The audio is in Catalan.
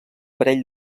parell